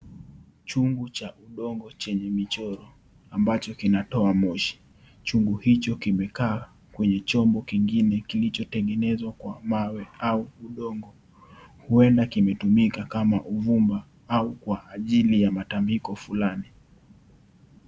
Chungu cha udongo chenye michoro ambacho kinatoa moshi. Chungu hicho kimekaa kwenye chombo kingine kilichotengenezwa kwa mawe au udongo. Huenda kimetumika kama uvumba au kwa ajili ya matamiko fulani.